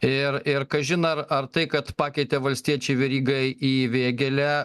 ir ir kažin ar ar tai kad pakeitė valstiečiai verygą į vėgėlę